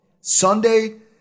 Sunday